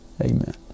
Amen